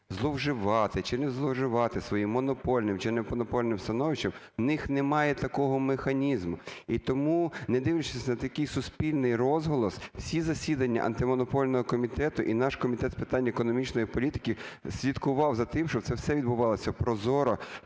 зловживати чи не зловживати своїм монопольним чи немонопольним становищем, у них немає такого механізму. І тому, не дивлячись на такий суспільний розголос, всі засідання Антимонопольного комітету і наш Комітет з питань економічної політики слідкував за тим, щоб це все відбувалося прозоро,